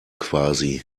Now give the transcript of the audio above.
quasi